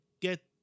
Get